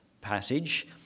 passage